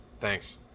Thanks